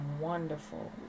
wonderful